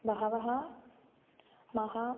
बहवः महान्